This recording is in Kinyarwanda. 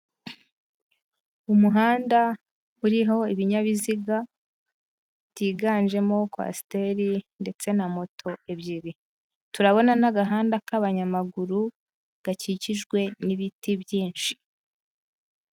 Umuhanda uriho ibinyabiziga byiganjemo kwasiteri ndetse na moto ebyiri, turabona n'agahanda k'abanyamaguru gakikijwe n'ibiti byinshi.